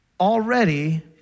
Already